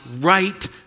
right